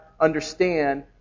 understand